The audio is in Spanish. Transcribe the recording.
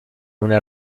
una